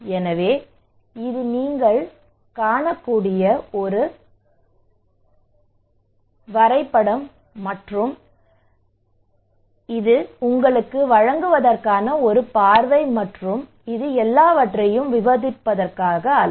எனவே இது நீங்கள் காணக்கூடிய வரைபடம் மற்றும் இது உங்களுக்கு வழங்குவதற்கான ஒரு பார்வை மற்றும் இது எல்லாவற்றையும் விவரிப்பதற்காக அல்ல